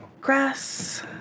grass